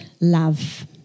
love